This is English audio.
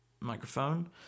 microphone